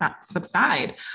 subside